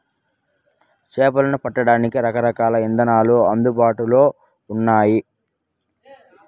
చేపలను పట్టడానికి రకరకాల ఇదానాలు అందుబాటులో ఉన్నయి